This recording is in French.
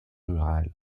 rurale